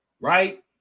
right